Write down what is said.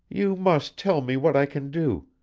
you must tell me what i can do,